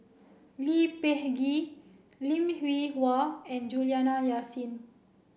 Lee Peh Gee Lim Hwee Hua and Juliana Yasin